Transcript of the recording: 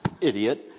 idiot